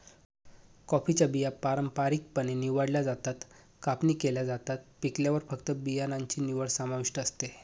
कॉफीच्या बिया पारंपारिकपणे निवडल्या जातात, कापणी केल्या जातात, पिकल्यावर फक्त बियाणांची निवड समाविष्ट असते